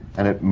and it.